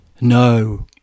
No